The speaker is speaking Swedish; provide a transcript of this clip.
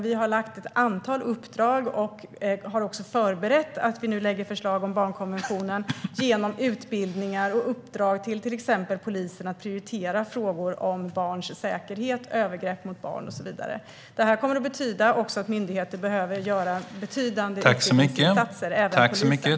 Vi har förberett ett förslag om barnkonventionen som svensk lag och gett uppdrag till exempelvis polisen att prioritera frågor om barns säkerhet, om övergrepp mot barn och så vidare. Det betyder att myndigheter kommer att behöva göra betydande utbildningsinsatser, även polisen.